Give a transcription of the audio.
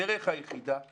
הדרך היחידה היא